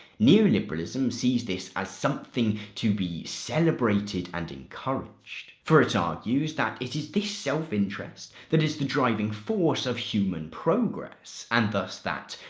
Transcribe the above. neoliberalism sees this as something to be celebrated and encouraged. for it argues that it is this self-interest that is the driving force of human progress and thus that,